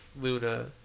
Luna